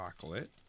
chocolate